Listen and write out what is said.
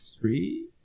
three